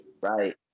right